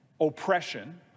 oppression